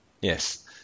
yes